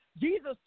Jesus